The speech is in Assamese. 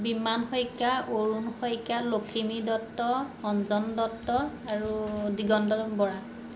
বিমান শইকীয়া অৰুণ শইকীয়া লখিমী দত্ত অঞ্জন দত্ত আৰু দিগন্ত বৰা